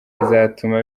rizatuma